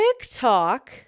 TikTok